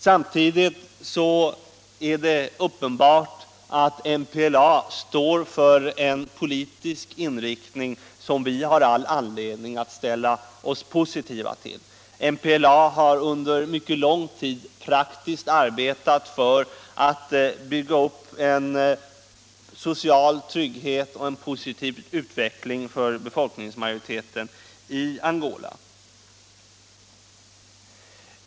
Samtidigt är det uppenbart att MPLA står för en politisk inriktning som vi har all anledning att ställa oss positiva till. MPLA har under mycket lång tid praktiskt arbetat för att bygga upp social trygghet och en positiv utveckling för befolkningsmajoriteten i Angola.